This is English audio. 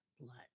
Blood